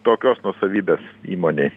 tokios nuosavybės įmonėj